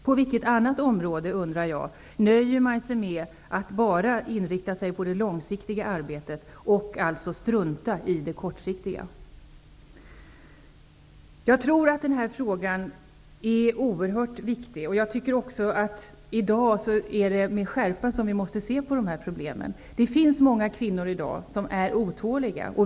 På vilket annat område -- undrar jag -- nöjer man sig med att bara inrikta sig på det långsiktiga arbetet och strunta i det kortsiktiga? Den här frågan är oerhört viktig och vi måste i dag med skärpa se på dessa problem. Många av oss kvinnor är i dag otåliga.